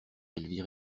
elvire